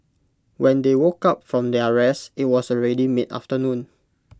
when they woke up from their rest IT was already mid afternoon